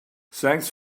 thanks